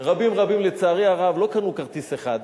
רבים-רבים, לצערי הרב, לא קנו כרטיס אחד,